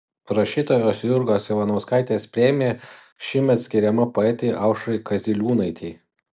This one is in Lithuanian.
rašytojos jurgos ivanauskaitės premija šįmet skiriama poetei aušrai kaziliūnaitei